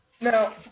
now